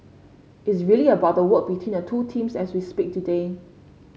it's really about the work between the two teams as we speak today